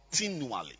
continually